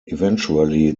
eventually